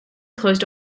closed